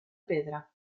pedra